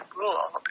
rule